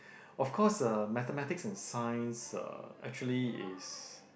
of course uh Mathematics and Science uh actually is